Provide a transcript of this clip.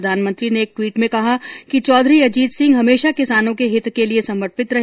प्रधानमंत्री ने एक ट्वीट में कहा कि चौधरी अजीत सिंह हमेशा किसानों के हित के लिए समर्पित रहे